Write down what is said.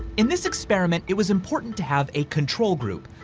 in this experiment, it was important to have a control group,